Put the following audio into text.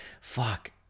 fuck